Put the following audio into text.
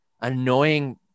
annoying